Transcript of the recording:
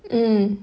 mm